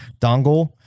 dongle